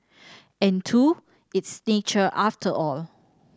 and two it's nature after all